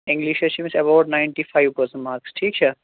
English چھِ أمِس about ninety five percent marks ٹھیٖک چھا